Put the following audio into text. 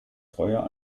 feuer